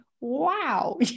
wow